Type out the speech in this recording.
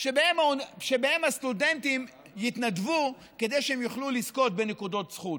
שבהן הסטודנטים יתנדבו כדי שהם יוכלו לזכות בנקודות זכות.